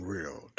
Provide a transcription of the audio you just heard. Real